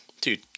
dude